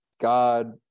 God